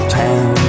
town